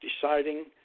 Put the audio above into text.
deciding